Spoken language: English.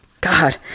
God